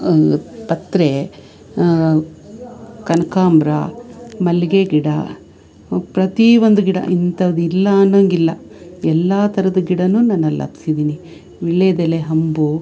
ಪತ್ರೆ ಕನಕಾಂಬ್ರ ಮಲ್ಲಿಗೆ ಗಿಡ ಪ್ರತಿ ಒಂದು ಗಿಡ ಇಂಥದ್ದು ಇಲ್ಲ ಅನ್ನೊಂಗಿಲ್ಲ ಎಲ್ಲ ಥರದ ಗಿಡವೂ ನನ್ನಲ್ಲಿ ಹಬ್ಸಿದ್ದೀನಿ ವೀಳ್ಯದೆಲೆ ಅಂಬು